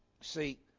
See